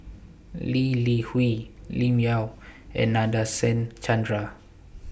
Lee Li Hui Lim Yau and Nadasen Chandra